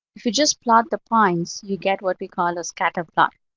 if you just plot the points, you get what we call a scatter plot,